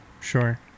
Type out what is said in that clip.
Sure